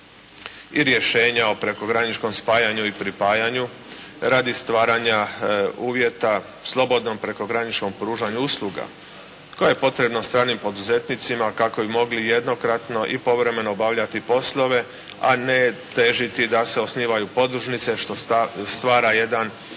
i rješenja o prekograničnom spajanju i pripajanju radi stvaranja uvjeta slobodnom prekograničnom pružanju usluga koje je potrebno stranim poduzetnicima kako bi mogli jednokratno i povremeno obavljati poslove a ne težiti da se osnivaju podružnice što stvara jedan